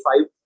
five